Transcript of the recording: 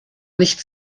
nicht